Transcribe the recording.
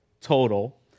total